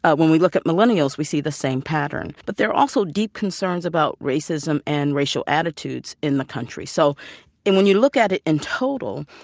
ah when we look at millennials, we see the same pattern. but there are also deep concerns about racism and racial attitudes in the country. so when you look at it in total,